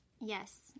Yes